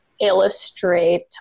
illustrate